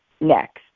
next